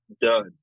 done